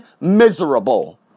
miserable